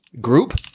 group